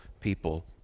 people